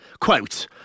Quote